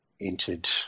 entered